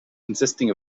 consisting